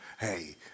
Hey